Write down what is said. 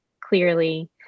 clearly